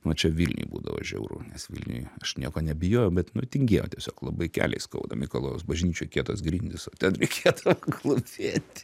va čia vilniuj būdavo žiauru nes vilniuj aš nieko nebijojau bet nu tingėjau tiesiog labai keliai skauda mikalojaus bažnyčioj kietos grindys ten reikėdavo klupėti